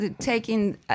taking